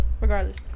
regardless